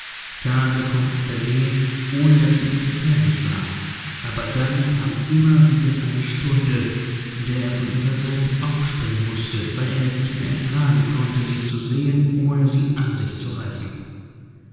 tage konnten vergehen ohne daß sie ihm gefährlich war aber dann kam immer wieder eine stunde in der er von ihrer seite aufspringen mußte weil er es nicht mehr ertragen konnte sie zu sehen ohne sie an sich zu reißen